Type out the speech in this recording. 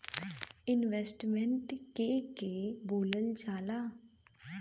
Investment के के बोलल जा ला?